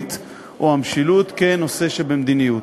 השלטונית או המשילות, כנושא שבמדיניות.